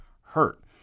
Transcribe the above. hurt